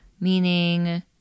meaning